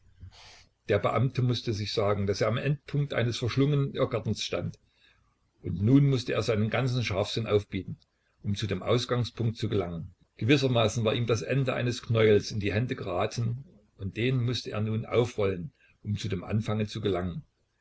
der beamte mußte sich sagen daß er am endpunkt eines verschlungenen irrgartens stand und nun mußte er seinen ganzen scharfsinn aufbieten um zu dem ausgangspunkt zu gelangen gewissermaßen war ihm das ende eines knäuels in die hände geraten und den mußte er nun aufrollen um zu dem anfange zu gelangen